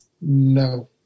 No